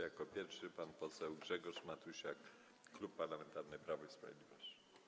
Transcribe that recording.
Jako pierwszy pan poseł Grzegorz Matusiak, Klub Parlamentarny Prawo i Sprawiedliwość.